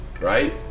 Right